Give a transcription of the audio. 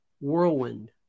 whirlwind